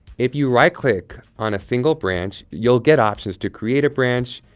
if you right-click on a single branch, you'll get options to create a branch,